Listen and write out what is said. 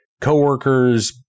coworkers